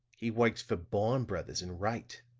he works for baum brothers and wright.